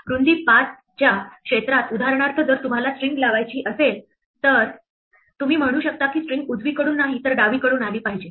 रुंदी 5 च्या क्षेत्रात उदाहरणार्थ जर तुम्हाला स्ट्रिंग लावायची असेल तर तुम्ही म्हणू शकता की स्ट्रिंग उजवीकडून नाही तर डावीकडून आली पाहिजे